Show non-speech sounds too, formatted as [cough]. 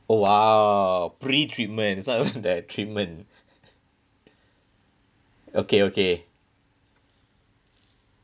oh !wow! pre-treatment it's not even [laughs] the treatment [noise] okay okay